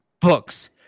books